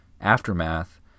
Aftermath